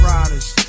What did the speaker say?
Riders